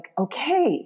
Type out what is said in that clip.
okay